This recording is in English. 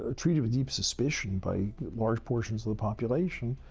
ah treated with deep suspicion by large portions of the population,